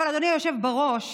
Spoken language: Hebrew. אבל אדוני היושב בראש,